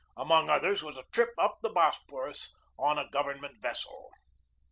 among others was a trip up the bosphorus on a government vessel.